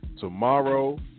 tomorrow